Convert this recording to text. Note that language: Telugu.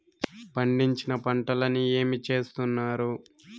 పండించిన పంటలని ఏమి చేస్తున్నారు?